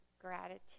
gratitude